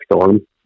storm